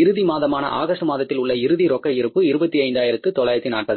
இறுதி மாதமான ஆகஸ்ட் மாதத்தில் உள்ள இறுதி ரொக்க இருப்பு 25 ஆயிரத்து 940